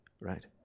right